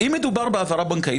אם מדובר בהעברה בנקאית,